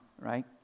right